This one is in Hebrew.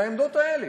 על העמדות האלה.